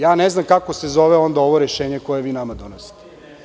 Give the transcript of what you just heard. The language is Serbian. Ja ne znam kako se zove onda ovo rešenje koje vi nama donosite.